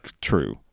true